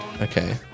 okay